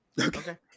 Okay